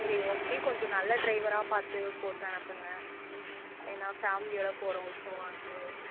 சரி ஓகே கொஞ்சம் நல்ல ட்ரைவரா பார்த்து போட்டு அனுப்புங்க ஏன்னால் ஃபேம்லியோட போகிறோம் ஸோ வந்து